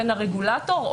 בין הרגולטור,